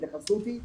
ההתייחסות היא לילד,